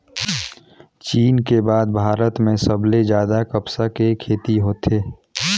चीन के बाद भारत में सबले जादा कपसा के खेती होथे